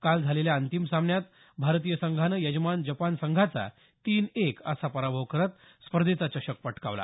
काल झालेल्या अंतिम सामन्यात भारतीय संघानं यजमान जपान संघाचा तीन एक असा पराभव करत स्पर्धेचा चषक पटकावला